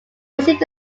received